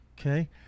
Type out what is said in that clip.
Okay